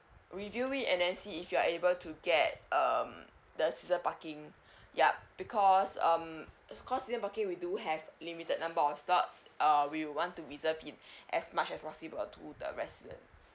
review it and then see if you're able to get um the season parking yup because um because season parking we do have limited number of slots uh we want to reserve it as much as possible to the residents